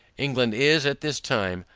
england is, at this time,